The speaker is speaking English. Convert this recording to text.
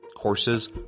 Courses